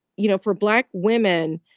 you know, for black women,